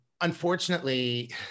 Unfortunately